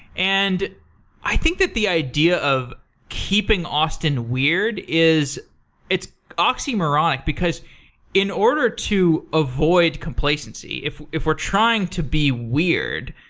and i think that the idea of keeping austin weird is it's oxymoronic, because in order to avoid complacency, if if we're trying to be weird,